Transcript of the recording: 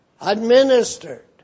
administered